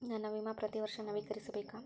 ನನ್ನ ವಿಮಾ ಪ್ರತಿ ವರ್ಷಾ ನವೇಕರಿಸಬೇಕಾ?